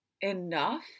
enough